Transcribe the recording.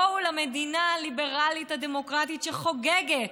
בואו למדינה הליברלית הדמוקרטית שחוגגת,